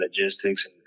logistics